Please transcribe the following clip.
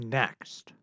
next